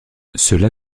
cela